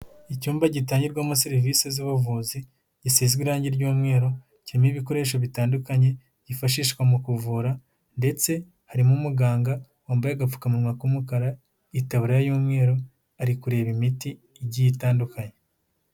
Icyumba gitangirwamo serivisi z'ubuvuzi, gisizwe irangi ry'umweru, kirimo ibikoresho bitandukanye, byifashishwa mu kuvura ndetse harimo umuganga wambaye agapfukamunwa k'umukara, itababuriya y'umweru, ari kureba imiti igiye itandukanye.